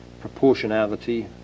proportionality